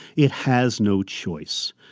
it has no choice.